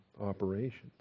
operations